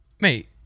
Mate